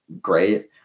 great